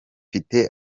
mfite